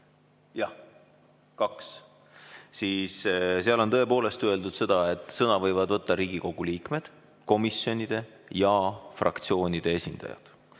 Jah, 2, siis seal on tõepoolest öeldud seda, et sõna võivad võtta Riigikogu liikmed, komisjonide ja fraktsioonide esindajad.